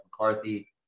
McCarthy